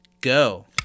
go